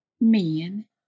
men